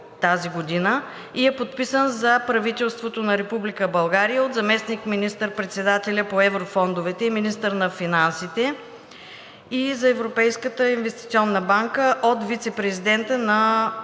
2022 г. и е подписан за правителството на Република България от заместник министър-председателя по еврофондовете и министър на финансите и за Европейската инвестиционна банка – от вицепрезидента на